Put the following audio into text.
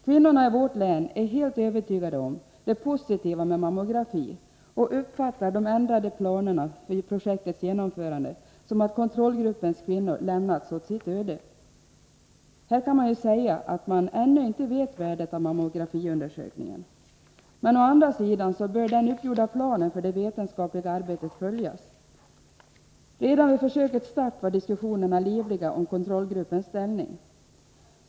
Kvinnorna i vårt län är helt övertygade om det positiva med mammografi och uppfattar de ändrade planerna för projektets genomförande så, att kontrollgruppens kvinnor lämnats åt sitt öde. Här kan det invändas att man ännu inte vet värdet av mammografiundersökningen. Men å andra sidan bör den för det vetenskapliga arbetet uppgjorda planen följas. Redan vid försökets start var diskussionerna om kontrollgruppens ställning livliga.